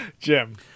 Jim